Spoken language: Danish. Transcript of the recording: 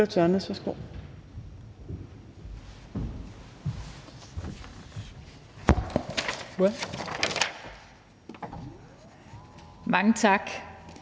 Mange tak.